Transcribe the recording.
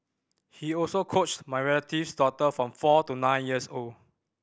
he also coached my relative's daughter from four to nine years old